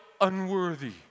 unworthy